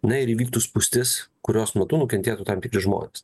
na ir įvyktų spūstis kurios metu nukentėtų tam tikri žmonės